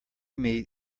meet